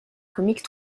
comique